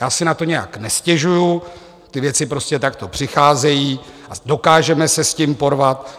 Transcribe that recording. Já si na to nijak nestěžuji, ty věci prostě takto přicházejí, dokážeme se s tím porvat.